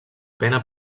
pena